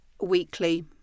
weekly